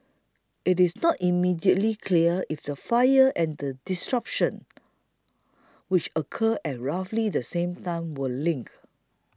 it is not immediately clear if the fire and the disruption which occurred at roughly the same time were linked